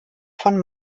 von